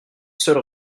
seule